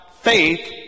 faith